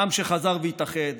העם שחזר והתאחד,